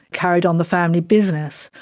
carried on the family business,